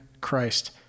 Christ